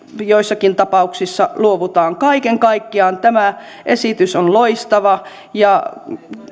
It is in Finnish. joissakin tapauksissa luovutaan kaiken kaikkiaan tämä esitys on loistava ja